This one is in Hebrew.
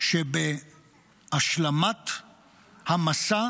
שבהשלמת המסע